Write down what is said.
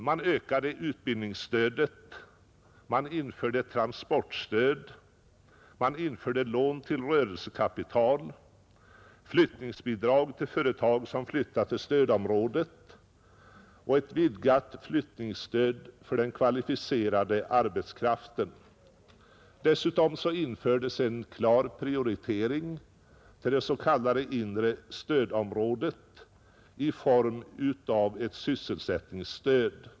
Man ökade utbildningsstödet, man införde transportstöd, lån till rörelsekapital, flyttningsbidrag till företag som flyttar till stödområdet och ett vidgat flyttningsstöd för den kvalificerade arbetskraften. Dessutom infördes en klar prioritering till det s.k. inre stödområdet i form av ett sysselsättningsstöd.